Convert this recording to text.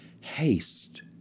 Haste